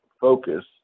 focus